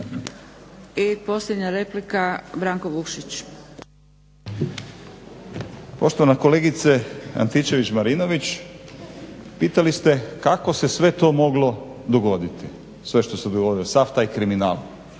laburisti - Stranka rada)** Poštovana kolegice Antičević-Marinović pitali ste kako se sve to moglo dogoditi, sve što se dogodilo, sav taj kriminal.